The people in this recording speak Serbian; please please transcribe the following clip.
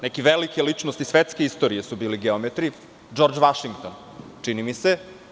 Neke velike ličnosti svetske istorije su bili geometri, Džordž Vašington, čini mi se.